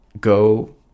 Go